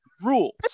Rules